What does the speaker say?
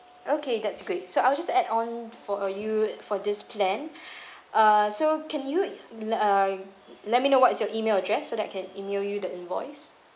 okay that's great so I'll just add on for uh you for this plan uh so can you uh let me know what's your email address so that I can email you the invoice